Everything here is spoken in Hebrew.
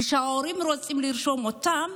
כשההורים רוצים לרשום אותם,